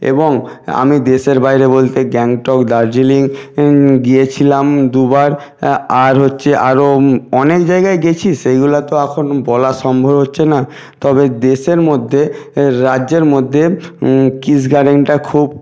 এবং আমি দেশের বাইরে বলতে গ্যাংটক দার্জিলিং গিয়েছিলাম দুবার হ্যাঁ আর হচ্ছে আরও অনেক জায়গায় গেছি সেগুলো তো এখন বলা সম্ভব হচ্ছে না তবে দেশের মধ্যে রাজ্যের মধ্যে কৃষ গার্ডেনটা খুব